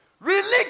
Religion